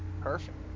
Perfect